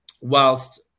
whilst